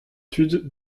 tud